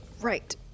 Right